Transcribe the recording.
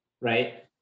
right